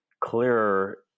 clearer